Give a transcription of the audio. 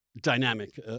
dynamic